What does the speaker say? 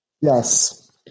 Yes